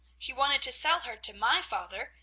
he wanted to sell her to my father,